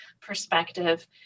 perspective